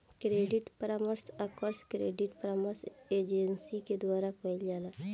credit परामर्श अक्सर credit परामर्श एजेंसी के द्वारा कईल जाला